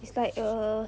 it's like err